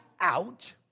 out